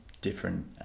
different